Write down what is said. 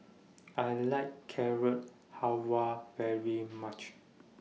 I like Carrot Halwa very much